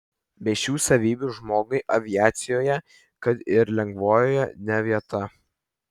be šių savybių žmogui aviacijoje kad ir lengvojoje ne vieta